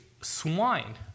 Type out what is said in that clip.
swine